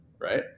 right